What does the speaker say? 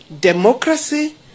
democracy